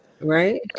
right